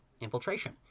infiltration